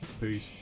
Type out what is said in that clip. Peace